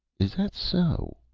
is that so?